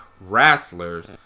wrestlers